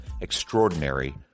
extraordinary